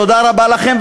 תודה רבה לכם.